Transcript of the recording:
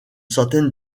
centaine